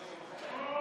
כן,